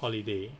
holiday